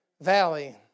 valley